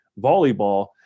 volleyball